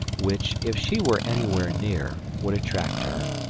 which, if she were anywhere near, would attract her.